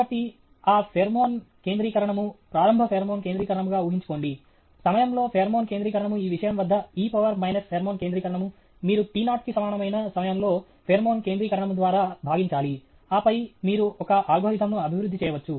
కాబట్టి ఆ ఫేర్మోన్ కేంద్రీకరణము ప్రారంభ ఫేర్మోన్ కేంద్రీకరణము గా ఊహించుకోండి సమయం లో ఫేర్మోన్ కేంద్రీకరణము ఈ విషయం వద్ద e పవర్ మైనస్ ఫేర్మోన్ కేంద్రీకరణము మీరు t0 కి సమానమైన సమయంలో ఫేర్మోన్ కేంద్రీకరణము ద్వారా భాగించాలి ఆపై మీరు ఒక అల్గోరిథంను అభివృద్ధి చేయవచ్చు